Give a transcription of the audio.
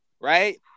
right